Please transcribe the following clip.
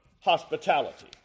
hospitality